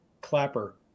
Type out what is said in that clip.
clapper